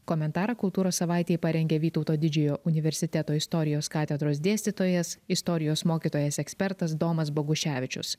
komentarą kultūros savaitei parengė vytauto didžiojo universiteto istorijos katedros dėstytojas istorijos mokytojas ekspertas domas boguševičius